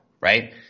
right